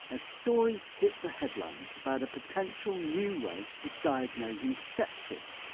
a story hit the headlines about a potential new way of diagnosing sepsis,